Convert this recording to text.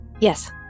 yes